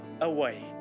away